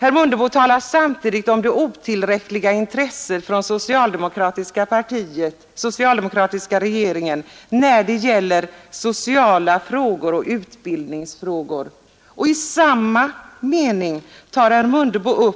Herr Mundebo talar samtidigt om det otillräckliga intresset hos det socialdemokratiska partiet och den socialdemokratiska regeringen för sociala frågor och utbildningsfrågor. I samma mening talar herr Mundebo